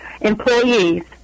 employees